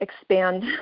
expand